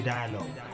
Dialogue